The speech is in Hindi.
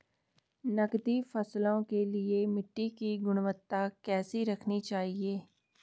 नकदी फसलों के लिए मिट्टी की गुणवत्ता कैसी रखनी चाहिए?